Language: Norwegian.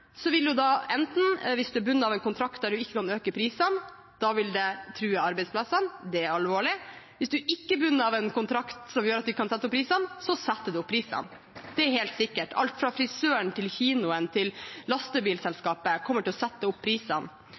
da er bundet av en kontrakt der man ikke kan øke prisene, vil det true arbeidsplassene, og det er alvorlig. Hvis man ikke er bundet av en kontrakt som gjør at man ikke kan sette opp prisene, setter man opp prisene – det er helt sikkert: Alt fra frisøren til kinoen til lastebilselskapet kommer til å sette opp prisene.